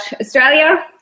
Australia